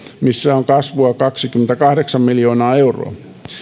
missä on kasvua kaksikymmentäkahdeksan miljoonaa euroa